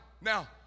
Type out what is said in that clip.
now